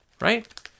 right